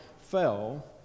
fell